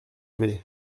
vais